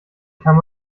kann